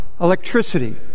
electricity